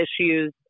issues